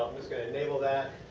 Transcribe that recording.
going to enabled that.